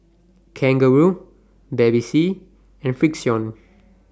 Kangaroo Bevy C and Frixion